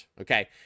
okay